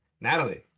Natalie